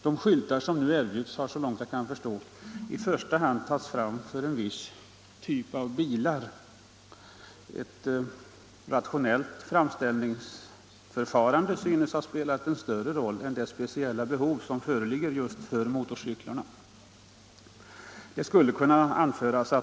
De skyltar som nu erbjuds har, så långt jag kan förstå, i första hand tagits fram för en viss typ av bilar. Ett rationellt framställningsförfarande synes ha spelat en större roll än det speciella behov som föreligger just för motorcyklar.